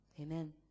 Amen